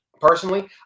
Personally